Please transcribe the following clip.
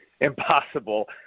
impossible